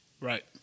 Right